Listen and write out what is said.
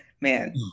man